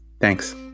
thanks